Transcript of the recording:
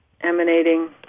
emanating